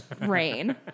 rain